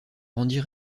rendit